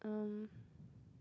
um